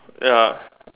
ya